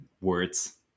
words